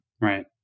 Right